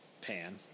pan